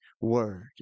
word